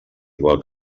igual